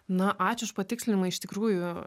na ačiū už patikslinimą iš tikrųjų